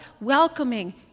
welcoming